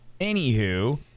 Anywho